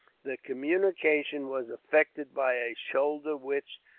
the communication was effected by a shoulder which,